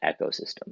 ecosystem